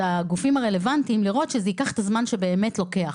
הגופים הרלוונטיים לראות שזה ייקח את הזמן שבאמת זה לוקח.